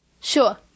sure